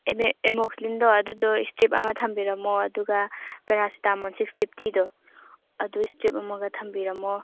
ꯑꯦꯃꯣꯛꯁꯂꯤꯟꯗꯣ ꯑꯗꯨꯗꯣ ꯁ꯭ꯇꯔꯤꯞ ꯑꯃ ꯊꯝꯕꯤꯔꯝꯃꯣ ꯑꯗꯨꯒ ꯄꯦꯔꯥꯁꯤꯇꯥꯃꯣꯟ ꯁꯤꯛꯁ ꯐꯤꯐꯇꯤꯗꯣ ꯑꯗꯨ ꯁ꯭ꯇꯔꯤꯞ ꯑꯃꯒ ꯊꯝꯕꯤꯔꯝꯃꯣ